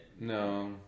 No